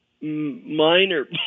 Minor